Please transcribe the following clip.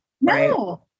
No